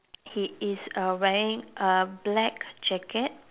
he is uh wearing a black jacket